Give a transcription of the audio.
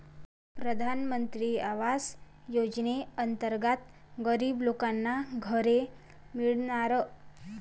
प्रधानमंत्री आवास योजनेअंतर्गत गरीब लोकांना घरे मिळणार